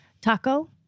taco